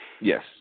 Yes